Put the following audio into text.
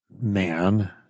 man